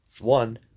One